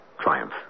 triumph